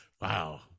Wow